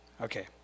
Okay